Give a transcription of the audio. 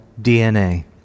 DNA